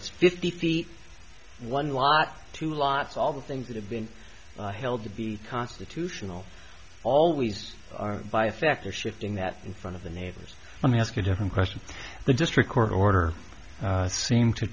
it's fifty feet one lot two lots all the things that have been held to be constitutional always by a factor shifting that in front of the neighbors let me ask a different question the district court order seem to